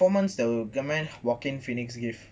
the performance that joaquin walking phoenix give